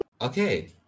Okay